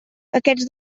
aquests